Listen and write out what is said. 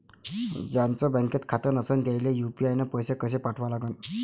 ज्याचं बँकेत खातं नसणं त्याईले यू.पी.आय न पैसे कसे पाठवा लागन?